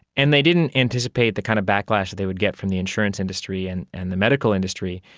and they didn't anticipate the kind of backlash they would get from the insurance industry and and the medical industry.